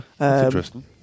interesting